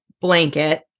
blanket